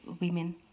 women